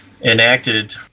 enacted